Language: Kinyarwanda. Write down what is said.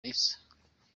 raissa